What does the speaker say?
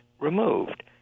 removed